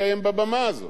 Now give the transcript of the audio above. אם אתם מוטרדים,